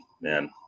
Man